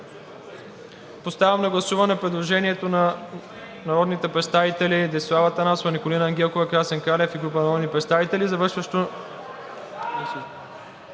Поставям на гласуване предложението на народните представители Десислава Атанасова, Николина Ангелкова, Красен Кралев и група народни представители,